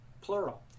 plural